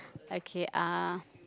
okay uh